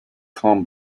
com